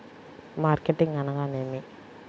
Marketing అనగానేమి?